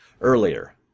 earlier